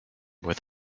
with